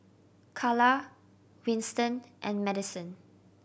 Kala Winston and Madison